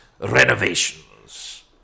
renovations